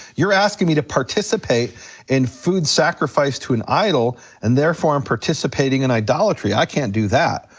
you're asking me to participate in food sacrifice to an idol and therefore i'm participating in idolatry, i can't do that.